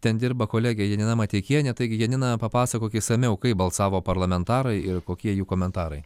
ten dirba kolegė janina mateikienė taigi janina papasakok išsamiau kaip balsavo parlamentarai ir kokie jų komentarai